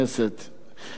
מהול בעצב.